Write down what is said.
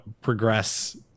progress